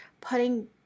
putting